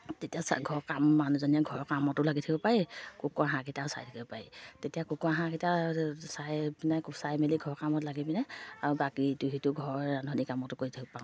তেতিয়া চা ঘৰৰ কাম মানুহজনীয়ে ঘৰৰ কামতো লাগি থাকিব পাৰি কুকুৰা হাঁহকেইটাও চাই থাকিব পাৰি তেতিয়া কুকুৰা হাঁহকেইটা চাই পিনে চাই মেলি ঘৰ কামত লাগি পিনে আৰু বাকী ইটো সিটো ঘৰ ৰান্ধনী কামতো কৰি থাকিব পাওঁ